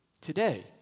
Today